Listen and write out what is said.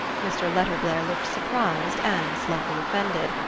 mr. letterblair looked surprised and slightly offended.